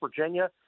Virginia